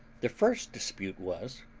the first dispute was,